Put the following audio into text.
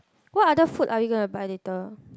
what other food are you gonna buy later